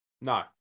No